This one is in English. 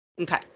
Okay